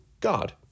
God